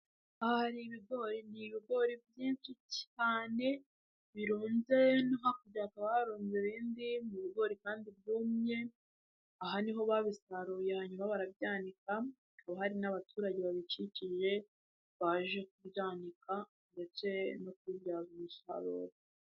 Aha hari ibigori, ni ibigori byinshi cyane birunze no hakurya hakaba harunze ibindi, ni ibigori kandi byumye, aha niho babisaruye hanyuma barabyanikaba, hakaba hari n'abaturage babikikije baje kubyanika ndetse no kubibyaza umusaruro.